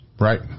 Right